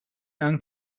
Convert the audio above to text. and